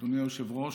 אדוני היושב-ראש,